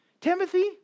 Timothy